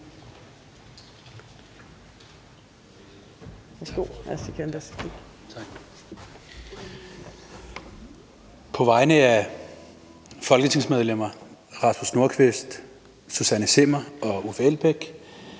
På vegne af folketingsmedlemmerne Rasmus Nordqvist, Susanne Zimmer og Uffe Elbæk